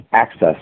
access